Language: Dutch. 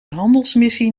handelsmissie